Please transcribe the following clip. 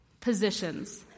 positions